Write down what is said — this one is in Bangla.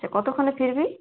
আচ্ছা কতক্ষণে ফিরবি